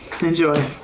enjoy